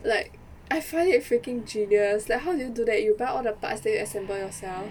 like I find it freaking genius like how did you do that you buy all the parts then you assemble yourself